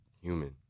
human